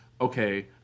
okay